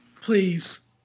Please